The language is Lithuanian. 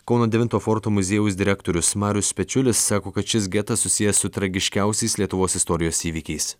kauno devinto forto muziejaus direktorius marius pečiulis sako kad šis getas susijęs su tragiškiausiais lietuvos istorijos įvykiais